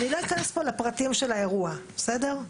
אני לא אכנס פה לפרטים של האירוע בסדר?